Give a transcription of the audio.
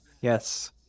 Yes